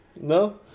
No